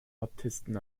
baptisten